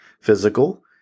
Physical